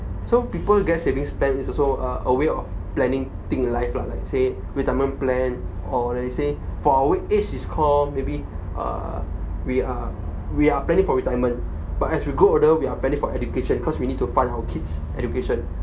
so people get savings plan is also uh a way of planning think life lah like let's say retirement plan or let's say for our age is call maybe uh we are we are planning for retirement but as we grow older we are planning for education because we need to fund our kid's education